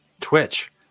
Twitch